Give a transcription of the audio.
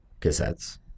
cassettes